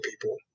people